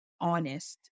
honest